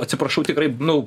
atsiprašau tikrai nu